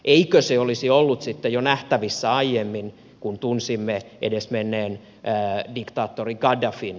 eikö se olisi ollut nähtävissä jo aiemmin kun tunsimme edesmenneen diktaattori gaddafin